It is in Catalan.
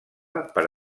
per